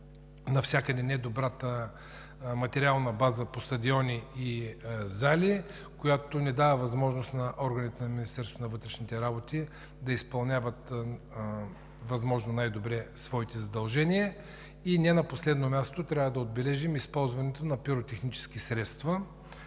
насока е недобрата материална база по стадиони и зали, която не дава възможност на органите на Министерството на вътрешните работи да изпълняват възможно най-добре своите задължения. Не на последно място, трябва да отбележим използването на пиротехнически средства